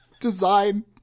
design